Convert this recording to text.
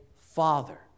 Father